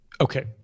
Okay